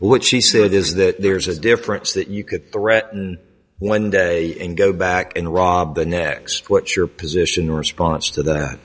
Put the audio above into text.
what she said is that there's a difference that you could threaten one day and go back in rob the next what your position or sponsor to the